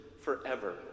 forever